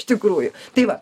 iš tikrųjų tai va